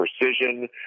precision